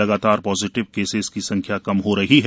लगातार positive cases की संख्या कम हो रही है